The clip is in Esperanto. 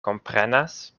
komprenas